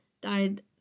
died